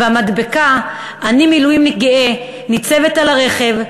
והמדבקה 'אני מילואימניק גאה' ניצבת על הרכב,